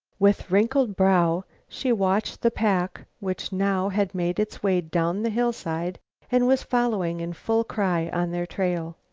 with wrinkled brow she watched the pack which now had made its way down the hillside and was following in full cry on their trail.